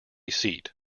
seat